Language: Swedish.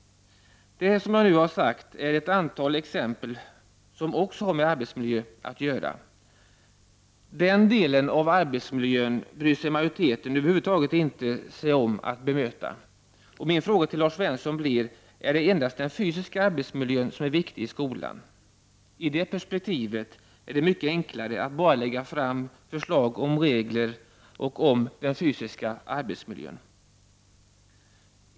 Det jag nu har tagit upp är ett antal exempel som också har med arbetsmiljö att göra. Den delen av arbetsmiljön bryr sig majoriteten över huvud taget inte om att bemöta. Min fråga till Lars Svensson är: Är det endast den fysiska arbetsmiljön som är viktig i skolan? I det perspektivet är det mycket enklare att bara lägga fram förslag om regler om den fysiska arbetsmiljön.